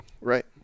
Right